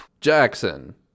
Jackson